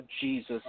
Jesus